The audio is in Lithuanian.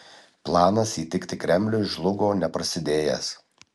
planas įtikti kremliui žlugo neprasidėjęs